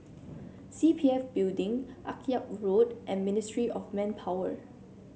C P F Building Akyab Road and Ministry of Manpower